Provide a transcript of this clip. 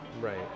Right